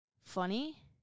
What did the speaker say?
funny